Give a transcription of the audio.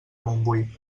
montbui